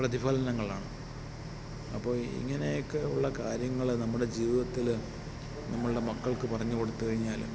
പ്രതിഫലനങ്ങളാണ് അപ്പോൾ ഇങ്ങനെയൊക്കെ ഉള്ള കാര്യങ്ങൾ നമ്മുടെ ജീവിതത്തിൽ നമ്മളുടെ മക്കൾക്ക് പറഞ്ഞു കൊടുത്തു കഴിഞ്ഞാൽ